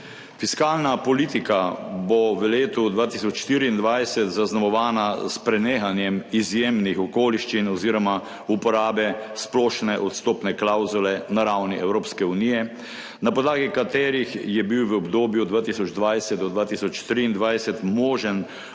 Fiskalna politika bo v letu 2024 zaznamovana s prenehanjem izjemnih okoliščin oziroma uporabe splošne odstopne klavzule na ravni Evropske unije, na podlagi katerih je bil v obdobju 2020 do 2023 možen odstop